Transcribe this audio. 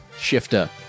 Shifter